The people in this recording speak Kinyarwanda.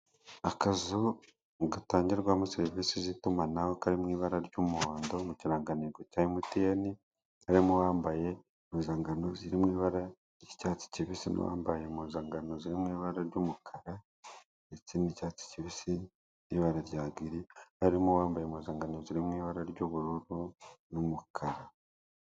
Akazu gatangirwamo serivisi z'itumanaho, kari mu ibara ry'umuhondo, mu kirangantego cya emutiyeni, harimo uwambaye impuzangano ziri mu ibara ry'icyatsi kibisi, n'uwambaye impuzangano ziri mu ibara ry'umukara, ndetse n'icyatsi kibisi, n'ibara rya giri, harimo uwambaye impuzangano ziri mu ibara ry'ubururu n'umukara.